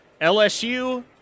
LSU